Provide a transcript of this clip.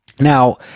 Now